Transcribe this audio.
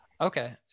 Okay